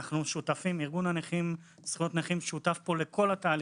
ארגון הנכים זכויות נכים שותף לכל התהליכים,